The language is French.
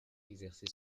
exercé